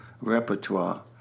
repertoire